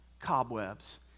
cobwebs